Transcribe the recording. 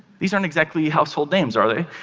these aren't exactly household names, are they?